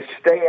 stay